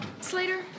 Slater